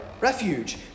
refuge